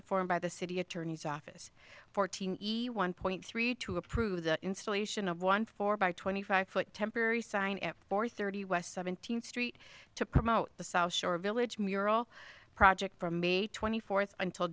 to form by the city attorney's office fourteen one point three two approve the installation of one four by twenty five foot temporary sign at four thirty west seventeenth street to promote the south shore village mural project from may twenty fourth until